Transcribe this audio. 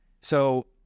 So-